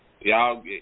y'all